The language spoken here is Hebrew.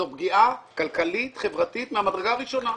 זו פגיעה כלכלית-חברתית מהמדרגה הראשונה.